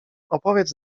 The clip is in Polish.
opowiedz